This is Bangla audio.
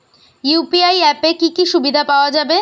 ইউ.পি.আই অ্যাপে কি কি সুবিধা পাওয়া যাবে?